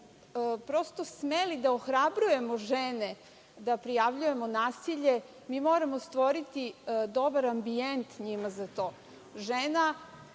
prosto smeli da ohrabrujemo žene, da prijavljujemo nasilje, mi moramo stvoriti dobar ambijent njima za to. Žena